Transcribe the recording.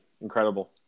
Incredible